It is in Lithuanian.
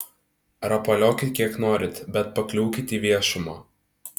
rapaliokit kiek norit bet pakliūkit į viešumą